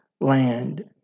land